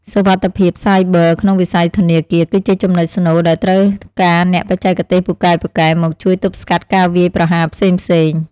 សុវត្ថិភាពសាយប័រក្នុងវិស័យធនាគារ គឺជាចំណុចស្នូលដែលត្រូវការអ្នកបច្ចេកទេសពូកែៗមកជួយទប់ស្កាត់ការវាយប្រហារផ្សេងៗ។